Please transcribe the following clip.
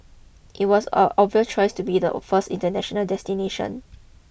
it was a obvious choice to be the first international destination